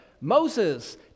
Moses